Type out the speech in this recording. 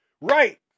Right